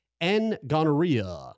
N-gonorrhea